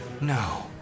No